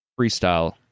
freestyle